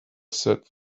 said